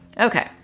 Okay